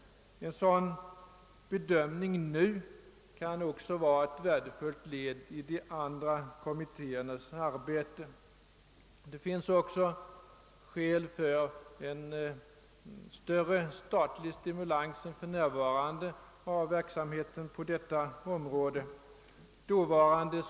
En sådan bedömning kan också vara ett värdefullt led i de båda andra kommittéernas arbete. Det finns också skäl för en större statlig stimulans än för närvarande av denna verksamhet.